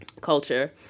culture